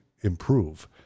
improve